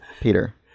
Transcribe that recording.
Peter